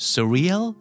Surreal